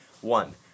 One